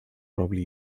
probably